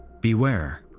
Beware